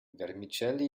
vermicelli